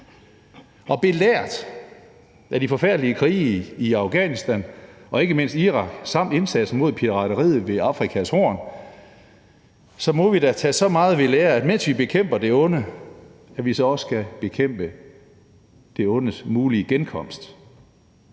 Og belært af de forfærdelige krige i Afghanistan og ikke mindst i Irak samt indsatsen mod pirateriet ved Afrikas Horn må vi da tage så meget ved lære, at vi, mens vi bekæmper det onde, så også skal bekæmpe det ondes mulige genkomst.